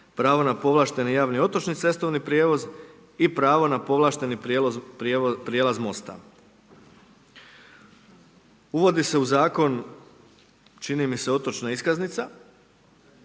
pravo na povlašteni javni otočni cestovni prijevoz i pravo na povlašteni prijelaz mosta. Uvodi se u zakon čini mi se otočna iskaznica,